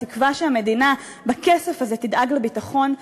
בתקווה שהמדינה בכסף הזה תדאג לביטחון,